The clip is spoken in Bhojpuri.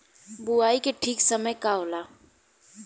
बुआई के ठीक समय का होला?